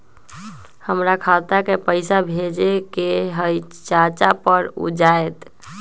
हमरा खाता के पईसा भेजेए के हई चाचा पर ऊ जाएत?